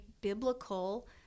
biblical